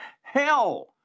Hell